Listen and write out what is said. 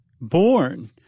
born